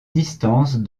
distance